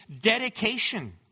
dedication